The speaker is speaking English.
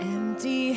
Empty